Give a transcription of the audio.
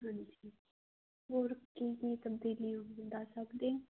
ਹਾਂਜੀ ਹੋਰ ਕੀ ਕੀ ਤਬਦੀਲੀ ਹੋਈ ਦੱਸ ਸਕਦੇ ਹੋ